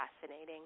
fascinating